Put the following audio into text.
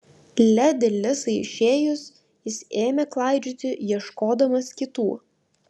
ledi lisai išėjus jis ėmė klaidžioti ieškodamas kitų